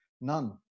None